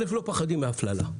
א', לא פוחדים מהפללה.